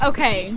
Okay